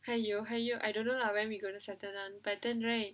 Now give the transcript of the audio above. !aiyo! !aiyo! I don't know lah when we going to settle down but then right